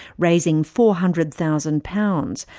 raising four hundred thousand pounds,